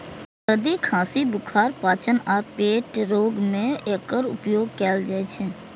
सर्दी, खांसी, बुखार, पाचन आ पेट रोग मे एकर उपयोग कैल जाइ छै